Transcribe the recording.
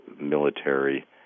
military